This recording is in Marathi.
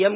एम